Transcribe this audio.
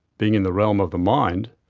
being in the realm of the mind,